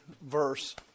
verse